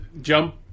jump